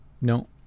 No